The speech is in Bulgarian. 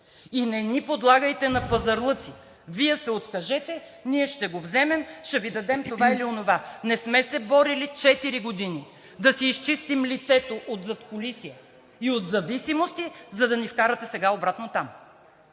И не ни подлагайте на пазарлъци – вие се откажете, ние ще го вземем, ще Ви дадем това или онова. Не сме се борили четири години да си изчистим лицето от задкулисия и от зависимости, за да ни вкарате обратно там.